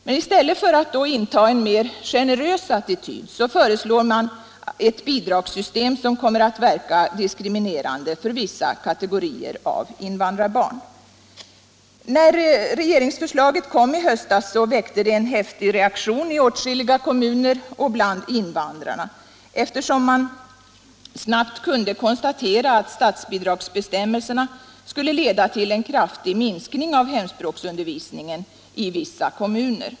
Men i stället för att inta en mer generös attityd föreslår man ett bidragssystem som kommer att verka diskriminerande för vissa kategorier av invandrarbarn. När regeringsförslaget kom i höstas blev det en häftig reaktion i åtskilliga kommuner och bland invandrarna, eftersom det snabbt kunde konstateras att statsbidragsbestämmelserna skulle leda till en kraftig minskning av hemspråksundervisningen i vissa kommuner.